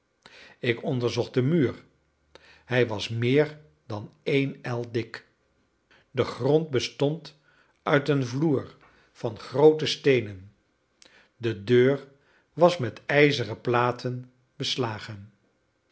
ik onderzocht den muur hij was meer dan een el dik de grond bestond uit een vloer van groote steenen de deur was met ijzeren platen beslagen